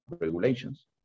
regulations